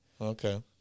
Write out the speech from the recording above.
Okay